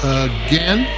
again